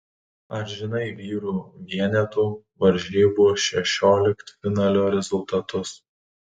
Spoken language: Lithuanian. ar žinai vyrų vienetų varžybų šešioliktfinalio rezultatus